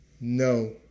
No